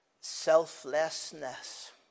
selflessness